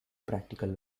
practical